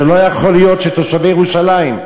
זה לא יכול להיות שתושבי ירושלים,